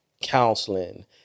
counseling